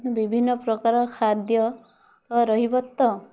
ବିଭିନ୍ନ ପ୍ରକାର ଖାଦ୍ୟ ରହିବ ତ